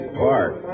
park